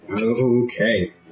Okay